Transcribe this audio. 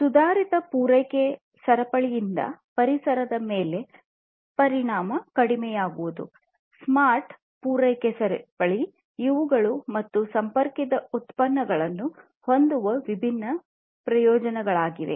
ಸುಧಾರಿತ ಪೂರೈಕೆ ಸರಪಳಿಯಿಂದ ಪರಿಸರದ ಮೇಲೆ ಪರಿಣಾಮ ಕಡಿಮೆಯಾಗುವುದು ಸ್ಮಾರ್ಟ್ ಪೂರೈಕೆ ಸರಪಳಿ ಇವುಗಳು ಸ್ಮಾರ್ಟ್ ಮತ್ತು ಸಂಪರ್ಕಿತ ಉತ್ಪನ್ನಗಳನ್ನು ಹೊಂದುವ ವಿಭಿನ್ನ ಪ್ರಯೋಜನಗಳಾಗಿವೆ